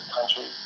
country